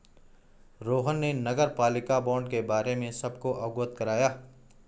रोहन ने नगरपालिका बॉण्ड के बारे में सबको अवगत कराया